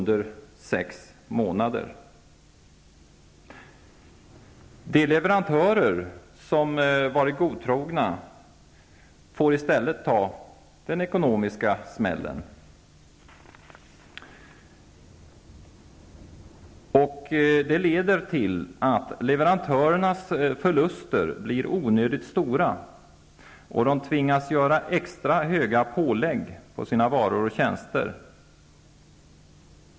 De leverantörer som varit godtrogna får i stället ta den ekonomiska smällen, vilket leder till att leverantörernas förluster blir onödigt stora. De tvingas därför att göra extra höga pålägg på sina varor och tjänster.